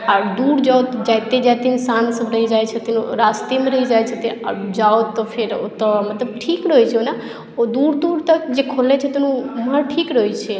आओर दूर जाउ तऽ जाइते जाइते इंसान सब रहि जाइ छथिन रास्तेमे रहि जाइ छथिन आओर जाउ तऽ फेर ओतौ मतलब ठीक रहय छै ओना ओ दूर दूर तक जे खोलने छै तऽ ओमहर ठीक रहय छै